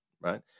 right